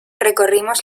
recorrimos